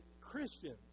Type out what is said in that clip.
Christians